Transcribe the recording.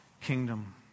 kingdom